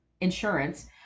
insurance